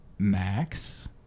Max